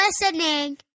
listening